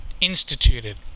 instituted